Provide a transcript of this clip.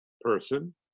person